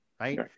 Right